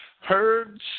herds